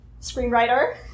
screenwriter